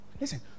Listen